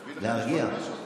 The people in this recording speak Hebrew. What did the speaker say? להרגיע.